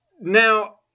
Now